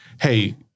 hey